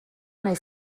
nahi